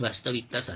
વાસ્તવિકતા સાથે